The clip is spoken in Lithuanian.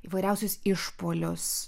įvairiausius išpuolius